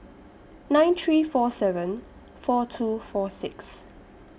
nine three four seven four two four six